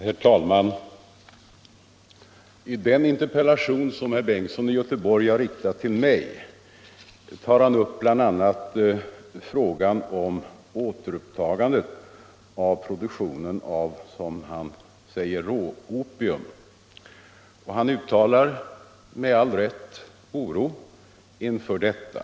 Herr talman! I den interpellation som herr Bengtsson i Göteborg har riktat till mig tar han bl.a. upp problemet med återupptagandet av odlingen av opievallmo i Turkiet, och herr Bengtsson uttalar med all rätt oro inför detta.